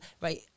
right